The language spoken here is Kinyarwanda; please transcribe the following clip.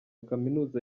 kaminuza